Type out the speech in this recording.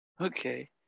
Okay